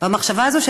במחשבה הזאת,